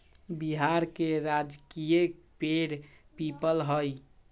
बिहार के राजकीय पेड़ पीपल हई